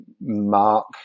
mark